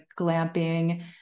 glamping